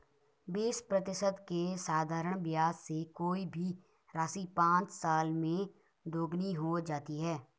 बीस प्रतिशत के साधारण ब्याज से कोई भी राशि पाँच साल में दोगुनी हो जाती है